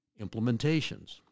implementations